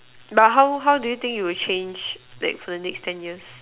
but how how do you think it would change like for the next ten years